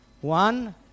One